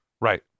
Right